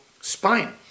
spine